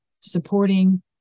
supporting